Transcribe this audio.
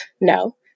No